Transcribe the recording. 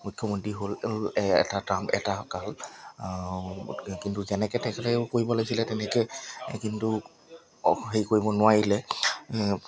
মুখ্যমন্ত্ৰী হ'ল এটা টাৰ্ম এটা কাল কিন্তু যেনেকৈ তেখেতেও কৰিব লাগিছিলে তেনেকৈ কিন্তু হেৰি কৰিব নোৱাৰিলে